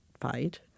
fight –